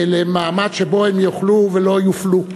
למעמד שבו הן יוכלו ולא יופלו.